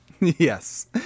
Yes